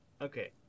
Okay